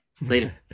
Later